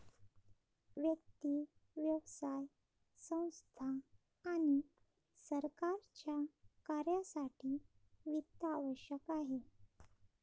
व्यक्ती, व्यवसाय संस्था आणि सरकारच्या कार्यासाठी वित्त आवश्यक आहे